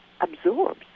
absorbs